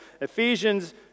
Ephesians